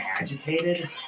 agitated